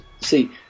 see